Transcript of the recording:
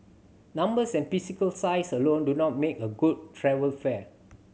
numbers and physical size alone do not make a good travel fair